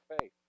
faith